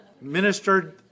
ministered